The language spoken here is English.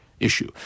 issue